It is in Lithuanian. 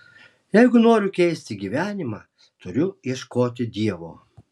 jeigu noriu keisti gyvenimą turiu ieškoti dievo